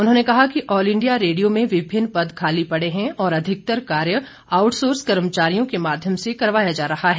उन्होंने कहा कि ऑल इंडिया रेडियो में विभिन्न पद खाली पड़े हैं और अधिकतर कार्य आउटसोर्स कर्मचारियों के माध्यम से करवाया जा रहा है